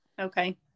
okay